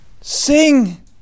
Sing